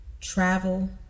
Travel